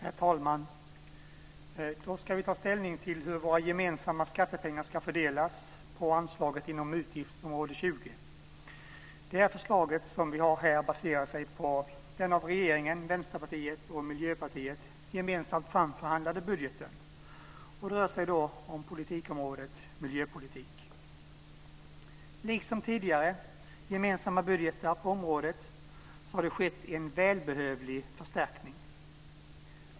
Herr talman! Nu ska vi ta ställning till hur våra gemensamma skattepengar ska fördelas på anslaget inom utgiftsområde 20. Det förslag som vi har här baserar sig på den av regeringspartiet, Vänsterpartiet och Miljöpartiet gemensamt framförhandlade budgeten, och det rör sig då om politikområdet miljöpolitik. Liksom tidigare gemensamma budgetar på området har det skett en välbehövlig förstärkning.